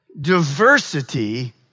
diversity